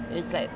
it's like